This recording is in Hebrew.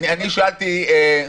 רגע,